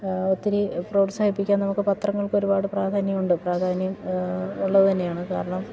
ഒത്തിരി പ്രോത്സാഹിപ്പിക്കാൻ നമുക്ക് പത്രങ്ങൾക്ക് ഒരുപാട് പ്രാധാന്യം ഉണ്ട് പ്രാധാന്യം ഉള്ളത് തന്നെയാണ് കാരണം